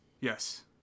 Yes